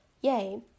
yay